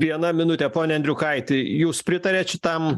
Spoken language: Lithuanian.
viena minutė pone andriukaiti jūs pritariat šitam